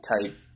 type